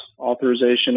Authorization